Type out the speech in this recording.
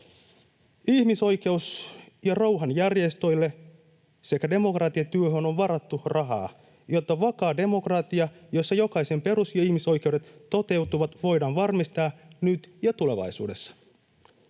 Ihmisoikeus- ja rauhanjärjestöille sekä demokratiatyöhön on varattu rahaa, jotta vakaa demokratia, jossa jokaisen perus- ja ihmisoikeudet toteutuvat, voidaan varmistaa nyt ja tulevaisuudessa.